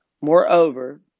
Moreover